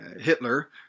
Hitler